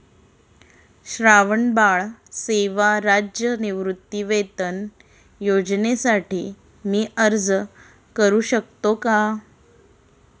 श्रावणबाळ सेवा राज्य निवृत्तीवेतन योजनेसाठी मी अर्ज करू शकतो का?